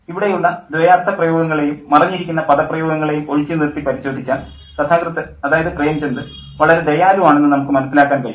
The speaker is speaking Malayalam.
ഇവിടെയുള്ള ദ്വയാർത്ഥ പ്രയോഗങ്ങളെയും മറഞ്ഞിരിക്കുന്ന പദപ്രയോഗങ്ങളേയും ഒഴിച്ചു നിർത്തി പരിശോധിച്ചാൽ കഥാകൃത്ത് അതായത് പ്രേംചന്ദ് വളരെ ദയാലു ആണെന്ന് നമുക്ക് മനസ്സിലാക്കാൻ കഴിയും